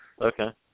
Okay